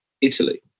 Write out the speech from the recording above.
Italy